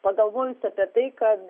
pagalvojus apie tai kad